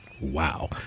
Wow